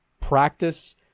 practice